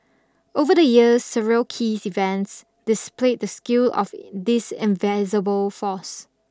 over the years several keys events displayed the skill of this invisible force